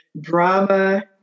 drama